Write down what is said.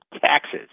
taxes